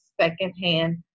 secondhand